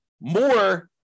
more